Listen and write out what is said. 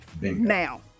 Now